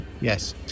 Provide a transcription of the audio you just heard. yes